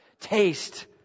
Taste